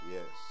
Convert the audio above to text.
Yes